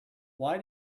why